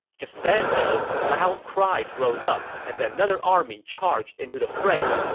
just then, though, loud cries rose up as another army charged into the fray.